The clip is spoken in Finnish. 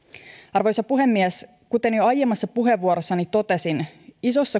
arvoisa puhemies kuten jo aiemmassa puheenvuorossani totesin isossa